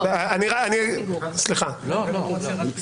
אבל אני שואל על אותו גמ"ח.